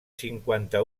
cinquanta